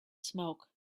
smoke